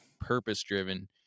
purpose-driven